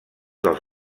dels